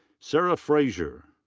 sara frazier.